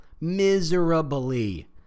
miserably